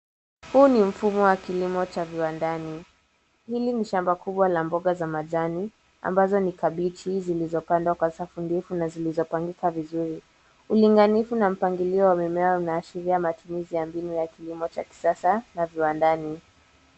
Huu ni mfumo wa kilimo cha viwandani. Hili ni shamba kubwa la mboga za majani ambazo ni kabichi zilizopandwa kwa safu ndefu na zilizopangika vizuri. Ulinganifu na mpangilio wa mimea unaashiria matumizi ya mbinu ya kilimo cha kisasa na viwandani.